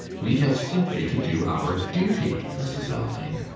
we have simply to do our duty, mrs. alving!